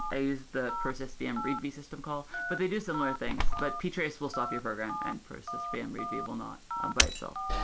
i use the process vm read v system call, but they do similar things, but ptrace will stop your program and process vm read v will not by itself.